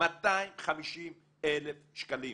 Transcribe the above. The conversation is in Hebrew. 250,000 שקלים.